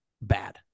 bad